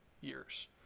years